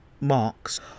Marks